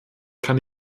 kann